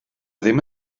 ddim